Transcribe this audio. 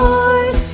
Lord